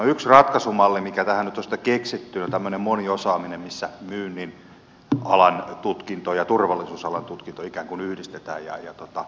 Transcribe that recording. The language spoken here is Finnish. yksi ratkaisumalli mikä tähän nyt on sitten keksitty on tämmöinen moniosaaminen missä myynnin alan tutkinto ja turvallisuusalan tutkinto ikään kuin yhdistetään